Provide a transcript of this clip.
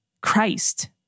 Christ